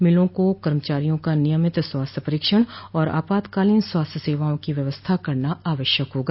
मिलों को कर्मचारियों का नियमित स्वास्थ्य परीक्षण और आपातकालीन स्वास्थ्य सेवाओं की व्यवस्था करना आवश्यक होगा